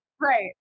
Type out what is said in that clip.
right